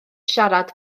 siarad